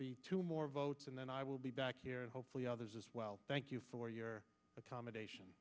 be two more votes and then i will be back here and hopefully others as well thank you for your accommodation